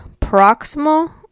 proximal